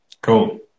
Cool